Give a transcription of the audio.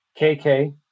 KK